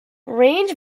range